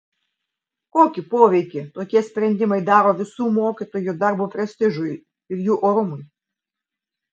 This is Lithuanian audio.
kokį poveikį tokie sprendimai daro visų mokytojų darbo prestižui ir jų orumui